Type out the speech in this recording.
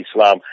Islam